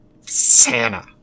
Santa